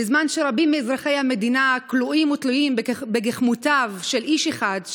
בזמן שרבים מאזרחי המדינה כלואים ותלויים בגחמותיו של איש אחד,